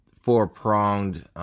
four-pronged